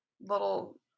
little